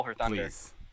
please